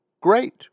great